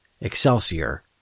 Excelsior